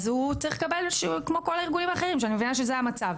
אז הוא צריך לקבל כמו כל הארגונים האחרים שאני מבינה שזה המצב,